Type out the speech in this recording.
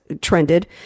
trended